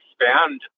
expand